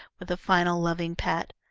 with a final loving pat.